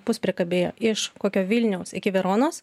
puspriekabėje iš kokio vilniaus iki veronos